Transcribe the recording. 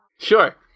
sure